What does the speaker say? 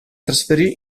trasferì